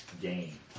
game